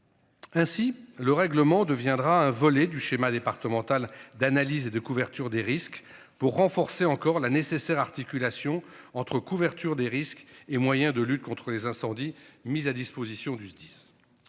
Ainsi le règlement deviendra un volet du schéma départemental d'analyse et de couverture des risques pour renforcer encore la nécessaire articulation entre couverture des risques et moyens de lutte contre les incendies, mise à disposition du SDIS.